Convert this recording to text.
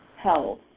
health